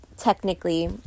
technically